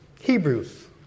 Hebrews